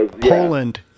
Poland